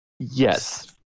Yes